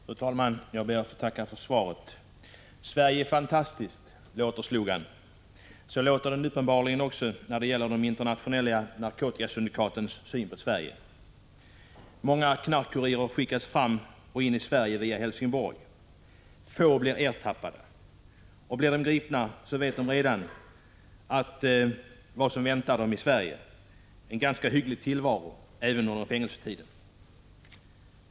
Fru talman! Jag ber att få tacka för svaret. Sverige är fantastiskt! Så lyder en slogan. Så låter det uppenbarligen också när de internationella narkotikasyndikaten tolkar sin syn på Sverige. Många knarkkurirer skickas fram och in i Sverige via Helsingborg. Få blir ertappade, och blir de gripna så vet de redan att vad som väntar dem i Sverige är en ganska hygglig tillvaro även under fängelsetiden.